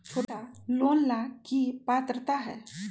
छोटा लोन ला की पात्रता है?